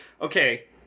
okay